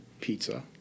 pizza